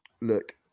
Look